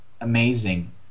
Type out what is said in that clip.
amazing